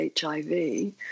HIV